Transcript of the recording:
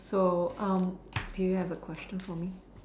so um do you have a question for me